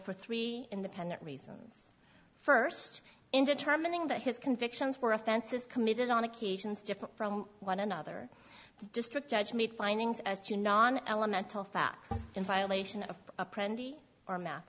for three independent reasons first in determining that his convictions were offenses committed on occasions different from one another district judge made findings as to non elemental facts in violation of a